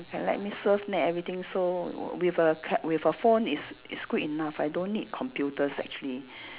can let me surf net everything so w~ with a ca~ with a phone it's it's good enough I don't need computers actually